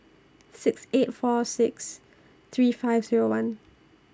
six eight four six three five Zero one